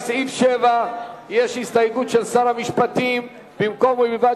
לסעיף 7 יש הסתייגות של שר המשפטים: במקום "ובלבד